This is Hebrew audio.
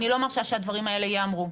אני לא מרשה שהדברים האלה ייאמרו.